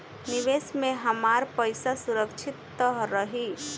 निवेश में हमार पईसा सुरक्षित त रही?